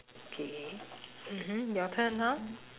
okay mmhmm your turn now